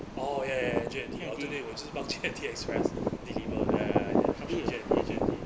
orh ya ya ya J&T orh 对对我是忘记 J&T express deliver ya ya ya Shopee 有 J&T J&T